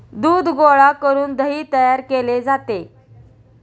दूध गोळा करून दही तयार केले जाते